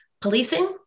Policing